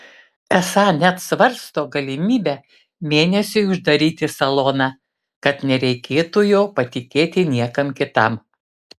esą net svarsto galimybę mėnesiui uždaryti saloną kad nereikėtų jo patikėti niekam kitam